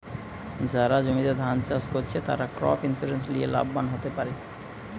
যারা জমিতে ধান চাষ কোরছে, তারা ক্রপ ইন্সুরেন্স লিয়ে লাভবান হোতে পারে